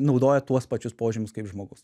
naudoja tuos pačius požymius kaip žmogus